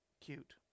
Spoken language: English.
cute